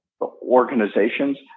organizations